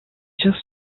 just